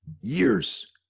years